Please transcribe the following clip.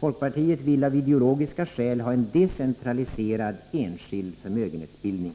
Folkpartiet vill av ideologiska skäl ha en decentraliserad enskild förmögenhetsbildning.